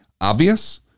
obvious